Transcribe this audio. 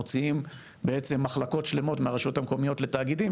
מוציאים בעצם מחלקות שלמות מהרשויות לתאגידים,